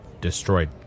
destroyed